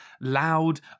loud